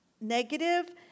Negative